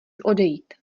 odejít